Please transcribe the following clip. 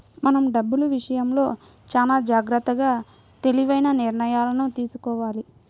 మనం డబ్బులు విషయంలో చానా జాగర్తగా తెలివైన నిర్ణయాలను తీసుకోవాలి